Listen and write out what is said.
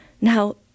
Now